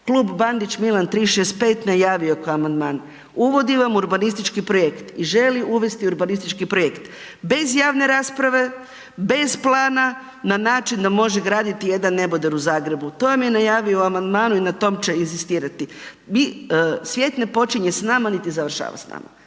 Klub Bandić Milan 365 najavio kao amandman. Uvodi vam urbanistički projekt i želi uvesti urbanistički projekt. Bez javne rasprave, bez plana, na način da može graditi jedan neboder u Zagrebu. To vam je najavio u amandmanu i na tome će inzistirati. Mi, svijet ne počinje s nama niti ne završava s nama.